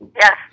Yes